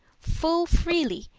full freely,